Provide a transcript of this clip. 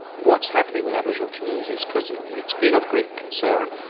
what's happening with aboriginal communities, because it's been of great concern.